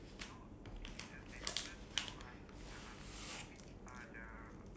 I think this one like legit this one is oral examination one